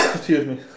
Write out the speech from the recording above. excuse me